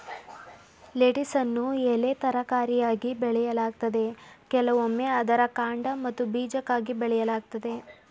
ಲೆಟಿಸನ್ನು ಎಲೆ ತರಕಾರಿಯಾಗಿ ಬೆಳೆಯಲಾಗ್ತದೆ ಕೆಲವೊಮ್ಮೆ ಅದರ ಕಾಂಡ ಮತ್ತು ಬೀಜಕ್ಕಾಗಿ ಬೆಳೆಯಲಾಗ್ತದೆ